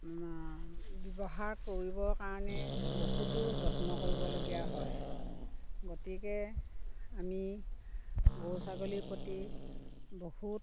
ব্যৱহাৰ কৰিবৰ কাৰণে বহুতো যত্ন কৰিবলগীয়া হয় গতিকে আমি গৰু ছাগলীৰ প্ৰতি বহুত